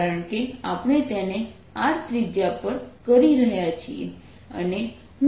કારણ કે આપણે તેને R ત્રિજ્યા પર કરી રહ્યા છીએ